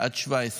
עד 17,